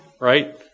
right